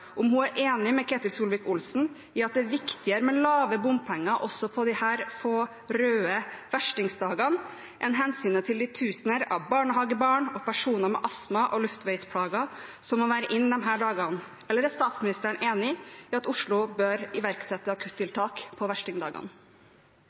om hun er enig med Ketil Solvik-Olsen i at det er viktigere med lave bompenger – også på disse få, røde versting-dagene – enn hensynet til de tusener av barnehagebarn og personer med astma og luftveisplager som må være inne på disse dagene? Eller er statsministeren enig i at Oslo bør iverksette